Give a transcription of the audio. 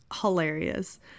hilarious